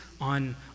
on